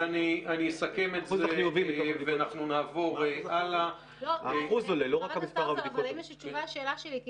ואני אסכם את זה ונעבור הלאה --- אבל האם יש תשובה לשאלה שלי,